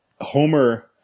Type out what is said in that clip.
Homer